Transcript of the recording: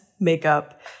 makeup